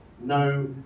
no